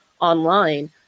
online